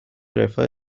رفاه